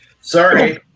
Sorry